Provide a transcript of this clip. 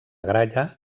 gralla